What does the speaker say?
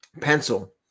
pencil